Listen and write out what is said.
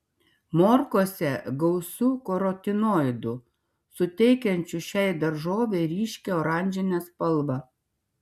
morkose gausu karotinoidų suteikiančių šiai daržovei ryškią oranžinę spalvą